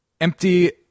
empty